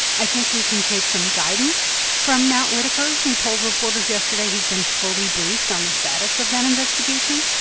i think we can take some guidance from matt whitaker, who told reporters yesterday he's been fully briefed on the status of that investigation.